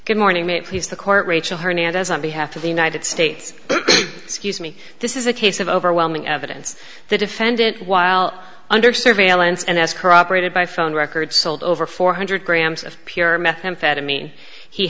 good morning may please the court rachel hernandez on behalf of the united states scuse me this is a case of overwhelming evidence the defendant while under surveillance and as corroborated by phone records sold over four hundred grams of pure methamphetamine he